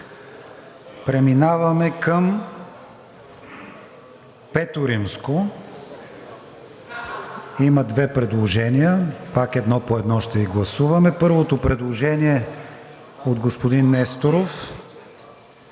Преминаваме към пето римско. Има две предложения – пак едно по едно ще ги гласуваме. Първото предложение от господин Несторов